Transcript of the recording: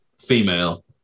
female